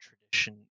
tradition